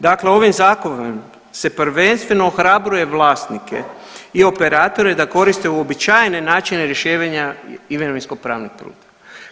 Dakle ovim Zakonom se prvenstveno ohrabruje vlasnike i operatore da koriste uobičajene načine rješavanja imovinskopravnog puta.